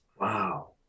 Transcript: Wow